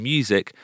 Music